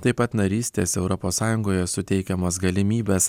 taip pat narystės europos sąjungoje suteikiamas galimybes